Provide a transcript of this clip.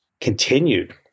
continued